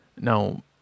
Now